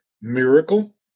miracle